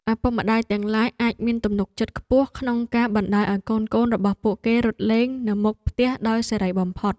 ឪពុកម្តាយទាំងឡាយអាចមានទំនុកចិត្តខ្ពស់ក្នុងការបណ្តោយឱ្យកូនៗរបស់ពួកគេរត់លេងនៅមុខផ្ទះដោយសេរីបំផុត។